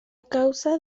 causa